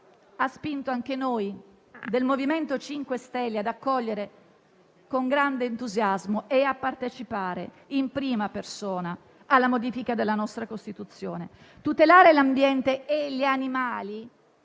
ha spinto anche noi del MoVimento 5 Stelle ad accogliere con grande entusiasmo e a partecipare in prima persona alla modifica della nostra Costituzione. Tutelare l'ambiente e gli animali